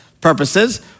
purposes